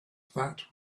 that